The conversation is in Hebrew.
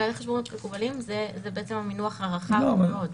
כללי חשבונאות מקובלים, זה בעצם המינוח הרחב מאוד.